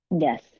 Yes